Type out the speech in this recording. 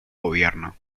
gobierno